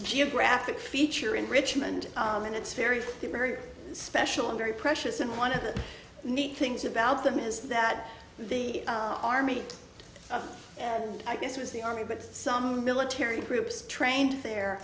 geographic feature in richmond and it's very very special and very precious and one of the neat things about them is that the army i guess was the army but some military groups trained there